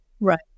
Right